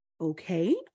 okay